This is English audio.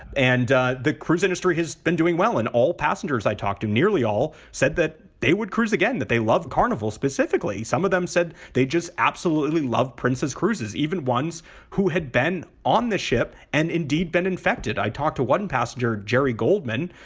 and the cruise industry has been doing well in all passengers i talked to. nearly all said that they would cruise again, that they love carnival specifically. some of them said they just absolutely love princess cruises, even ones who had been on the ship and indeed been infected. i talked to one passenger, jerry goldman,